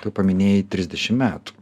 tu paminėjai trisdešim metų